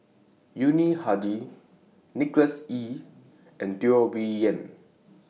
Yuni Hadi Nicholas Ee and Teo Bee Yen